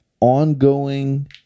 ongoing